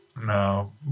no